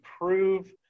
prove